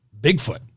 Bigfoot